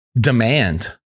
demand